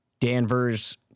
Danvers